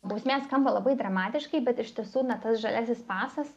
bausmė skamba labai dramatiškai bet iš tiesų na tas žaliasis pasas